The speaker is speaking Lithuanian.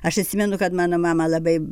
aš atsimenu kad mano mama labai